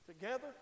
Together